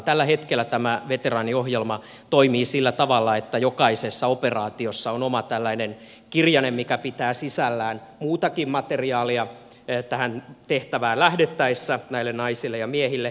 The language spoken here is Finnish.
tällä hetkellä tämä veteraaniohjelma toimii sillä tavalla että jokaisessa operaatiossa on oma tällainen kirjanen mikä pitää sisällään muutakin materiaalia tähän tehtävään lähdettäessä näille naisille ja miehille